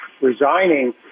resigning